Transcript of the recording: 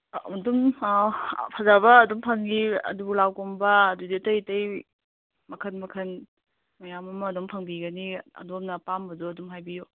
ꯑꯗꯨꯝ ꯐꯖꯕ ꯑꯗꯨꯝ ꯐꯪꯏ ꯑꯥꯇꯣꯔꯒꯨꯂꯥꯞꯀꯨꯝꯕ ꯑꯗꯨꯗꯩ ꯑꯇꯩ ꯑꯇꯩ ꯃꯈꯜ ꯃꯈꯜ ꯃꯌꯥꯝ ꯑꯃ ꯑꯗꯨꯝ ꯐꯪꯕꯤꯒꯅꯤ ꯑꯗꯣꯝꯅ ꯑꯄꯥꯝꯕꯗꯨ ꯑꯗꯨꯝ ꯍꯥꯏꯕꯤꯌꯨ